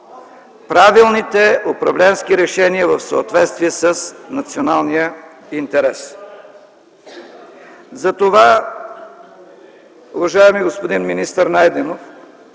правилните управленски решения в съответствие с националния интерес. Затова, уважаеми господин министър Найденов,